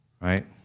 right